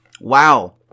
Wow